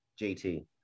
JT